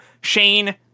Shane